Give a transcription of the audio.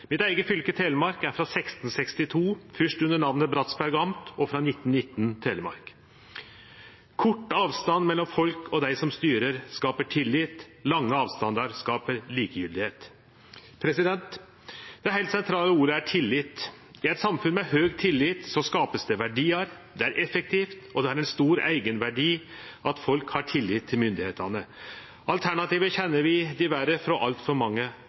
Mitt eige fylke, Telemark, er frå 1662, først under namnet Bratsberg amt, og frå 1919 Telemark. Kort avstand mellom folk og dei som styrer, skaper tillit. Lange avstandar skaper likegyldigheit. Det heilt sentrale ordet er tillit. I eit samfunn med høg tillit vert det skapt verdiar, det er effektivt, og det har ein stor eigenverdi at folk har tillit til myndigheitene. Alternativet kjenner vi diverre frå altfor mange